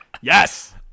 Yes